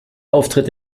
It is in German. auftritt